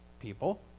people